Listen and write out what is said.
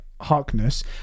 harkness